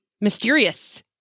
mysterious